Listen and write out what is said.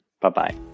Bye-bye